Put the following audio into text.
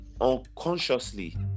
unconsciously